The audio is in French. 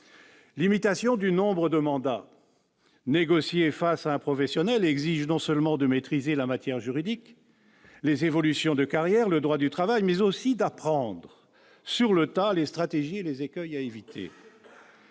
limiter le nombre de mandats, alors que négocier face à un professionnel exige non seulement de maîtriser la matière juridique, les évolutions de carrière, le droit du travail, mais aussi d'apprendre sur le tas les stratégies, les écueils à éviter.